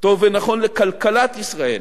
וטוב ונכון לכלכלת ישראל.